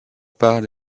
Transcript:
part